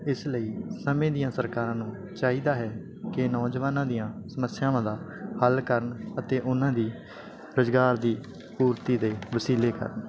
ਇਸ ਲਈ ਸਮੇਂ ਦੀਆਂ ਸਰਕਾਰਾਂ ਨੂੰ ਚਾਹੀਦਾ ਹੈ ਕਿ ਨੌਜਵਾਨਾਂ ਦੀਆਂ ਸਮੱਸਿਆਵਾਂ ਦਾ ਹੱਲ ਕਰਨ ਅਤੇ ਉਹਨਾਂ ਦੀ ਰੁਜ਼ਗਾਰ ਦੀ ਪੂਰਤੀ ਦੇ ਵਸੀਲੇ ਕਰਨ